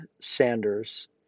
Sanders